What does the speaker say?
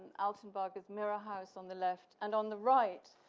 altenburger's mirror house on the left and on the right